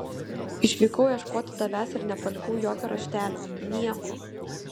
išvykau ieškoti tavęs ir nepalikau jokio raštelio nieko